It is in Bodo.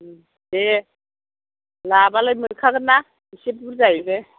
देह लाबालाय मोनखागोन ना एसे बुरजायैनो